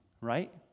right